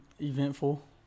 Eventful